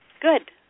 Good